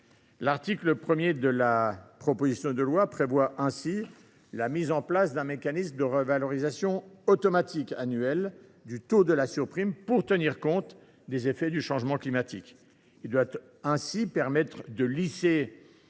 L’article 1 de la proposition de loi crée ainsi un mécanisme de revalorisation automatique annuelle du taux de la surprime pour tenir compte des effets du changement climatique. Celui ci doit permettre de lisser